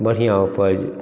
बढ़िआँ उपज